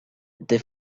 they